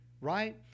right